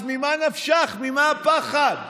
אז ממה נפשך, ממה הפחד?